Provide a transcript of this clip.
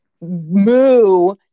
moo